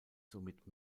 somit